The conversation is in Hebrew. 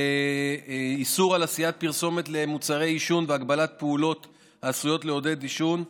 איסור עשיית פרסומת למוצרי עישון והגבלת פעולות העשויות לעודד עישון.